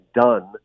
done